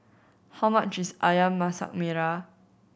how much is Ayam Masak Merah